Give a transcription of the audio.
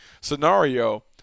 scenario